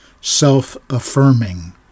self-affirming